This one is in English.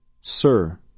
sir